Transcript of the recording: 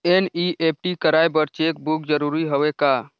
NEFT कराय बर cheque book जरूरी हवय का?